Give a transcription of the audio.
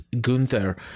Gunther